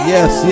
Yes